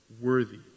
worthy